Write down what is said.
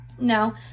Now